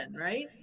right